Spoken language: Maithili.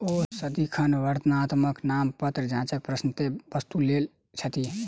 ओ सदिखन वर्णात्मक नामपत्र जांचक पश्चातै वस्तु लैत छथि